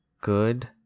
good